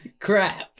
crap